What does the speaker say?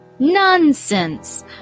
Nonsense